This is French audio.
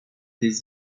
des